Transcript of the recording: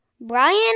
Brian